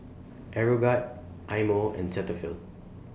Aeroguard Eye Mo and Cetaphil